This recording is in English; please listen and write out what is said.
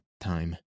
time